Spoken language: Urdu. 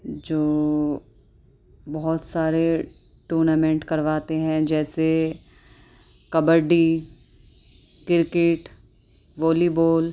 جو بہت سارے ٹورنامینٹ کرواتے ہیں جیسے کبڈی کرکٹ والی بال